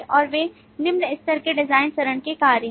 और वे निम्न स्तर के डिजाइन चरण के कार्य हैं